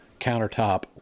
countertop